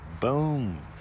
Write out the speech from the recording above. Boom